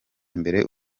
imbere